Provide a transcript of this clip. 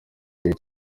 igihe